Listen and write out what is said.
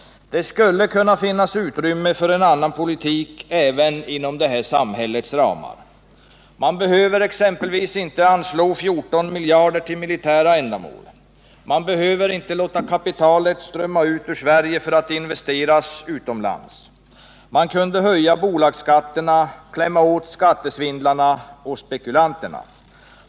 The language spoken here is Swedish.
Det skulle kunna finnas utrymme för en annan politik även inom det här samhällets ramar. Man behöver exempelvis inte anslå 14 miljarder till militära ändamål. Man behöver inte låta kapital strömma ut ur Sverige för att investeras utomlands. Man kan höja bolagsskatterna, klämma åt skattesvindlarna och spekulanterna.